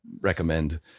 recommend